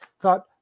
thought